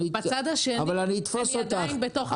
אני עדיין בתוך הממשלה.